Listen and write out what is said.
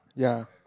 ya